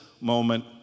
moment